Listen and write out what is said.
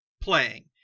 playing